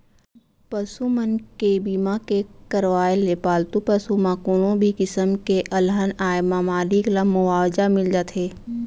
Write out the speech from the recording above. पसु मन के बीमा के करवाय ले पालतू पसु म कोनो भी किसम के अलहन आए म मालिक ल मुवाजा मिल जाथे